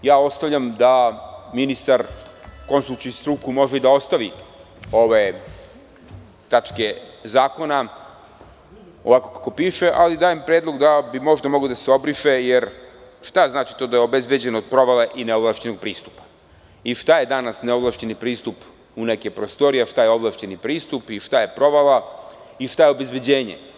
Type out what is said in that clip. Ostavljam da ministar, konsultujući struku, može i da ostavi ove tačke zakone ovako kako piše, ali dajem predlog da bi možda moglo da se obriše, jer šta znači to da je obezbeđen od provale i neovlašćenog pristupa i šta je danas neovlašćeni pristup u nekim prostorijama, šta je ovlašćeni pristup i šta je provala i šta je obezbeđenje?